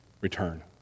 return